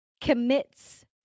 commits